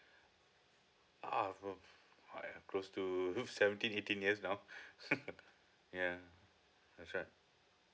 ah from close to seventeen eighteen years now yeah that's right